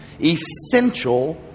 essential